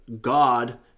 God